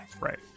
right